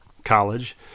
college